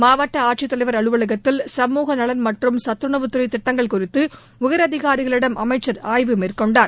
மாவட்ட ஆட்சித் தலைவர் அலுவலகத்தில் சமூக நலன் மற்றும் சத்துணவுத்துறை திட்டங்கள் குறித்து உயர் அதிகாரிகளிடம் அமைச்சர் ஆய்வு மேற்கொண்டார்